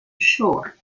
shore